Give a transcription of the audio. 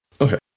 Okay